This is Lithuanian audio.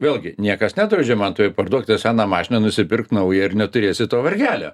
vėlgi niekas nedraudžia man parduok tą seną mašiną nusipirkti naują ir neturėsi to vargelio